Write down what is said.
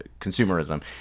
consumerism